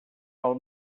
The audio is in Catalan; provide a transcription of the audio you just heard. pel